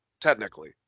technically